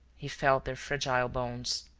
he felt their fragile bones,